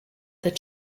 that